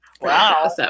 Wow